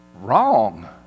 wrong